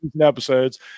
episodes